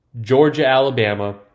Georgia-Alabama